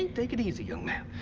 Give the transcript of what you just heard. and take it easy young man.